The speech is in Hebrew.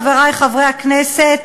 חברי חברי הכנסת,